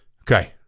Okay